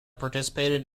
participated